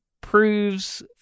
proves